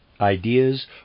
ideas